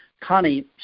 Connie